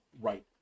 right